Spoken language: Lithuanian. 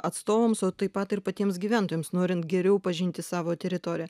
atstovams o taip pat ir patiems gyventojams norint geriau pažinti savo teritoriją